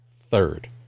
third